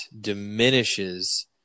diminishes